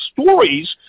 stories